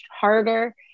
harder